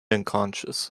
unconscious